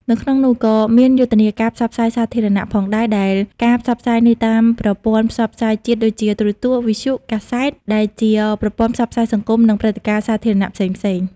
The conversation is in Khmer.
នៅក្នងនោះក៏មានយុទ្ធនាការផ្សព្វផ្សាយជាសាធារណៈផងដែរ ដែលការផ្សព្វផ្សាយនេះតាមប្រព័ន្ធផ្សព្វផ្សាយជាតិ ដូចជា ទូរទស្សន៍ វិទ្យុ កាសែត ដែលជាប្រព័ន្ធផ្សព្វផ្សាយសង្គម និងព្រឹត្តិការណ៍សាធារណៈផ្សេងៗ។